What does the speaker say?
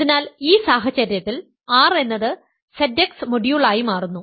അതിനാൽ ഈ സാഹചര്യത്തിൽ R എന്നത് Z x മൊഡ്യൂളായി മാറുന്നു